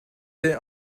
sit